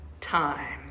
time